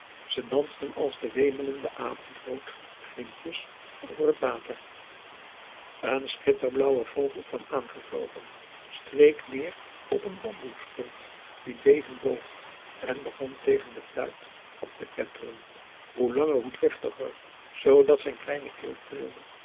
ze dansten als de wemelende avondrood glimpjes over het water een schitterblauwe vogel kwam aangevlogen streek neer op een bamboescheut die bevend boog en begon tegen de fluit op te kwetteren hoe langer hoe driftiger zoodat zijn kleine keel